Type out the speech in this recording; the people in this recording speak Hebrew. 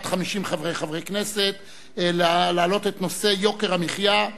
50 חברי כנסת להעלות את נושא יוקר המחיה,